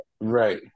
Right